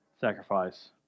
sacrifice